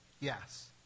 Yes